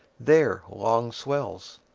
there long swells.